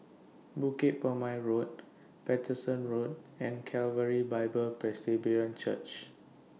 Bukit Purmei Road Paterson Road and Calvary Bible Presbyterian Church